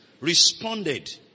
responded